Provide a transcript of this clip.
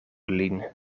lin